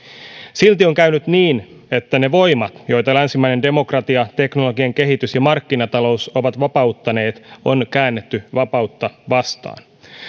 silti on käynyt niin että ne voimat joita länsimainen demokratia teknologian kehitys ja markkinatalous ovat vapauttaneet on käännetty vapautta vastaan